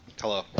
Hello